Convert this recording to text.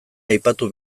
aipatu